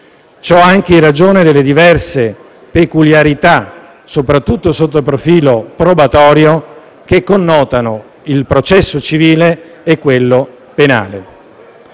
ciò anche in ragione delle diverse peculiarità, soprattutto sotto il profilo probatorio, che connotano il processo civile e quello penale.